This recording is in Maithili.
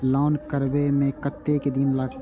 लोन करबे में कतेक दिन लागते?